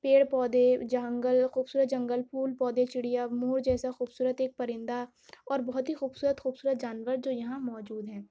پیڑ پودے جنگل خوبصورت جنگل پھول پودے چڑیا مور جیسا خوبصورت ایک پرندہ اور بہت ہی خوبصورت خوبصورت جانور جو یہاں موجود ہیں